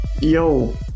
yo